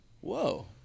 whoa